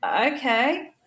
okay